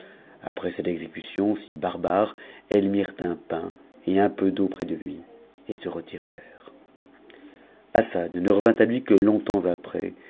après cette exécut'oa s barbare elles mirent un pain et un pot d'eau près de lui et se retirèrent assad ne revint à lui que longtemps après